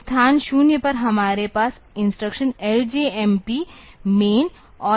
तो स्थान 0 पर हमारे पास इंस्ट्रक्शन LJMP मैन और मैन 8000 है